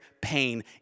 pain